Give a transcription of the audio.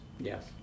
yes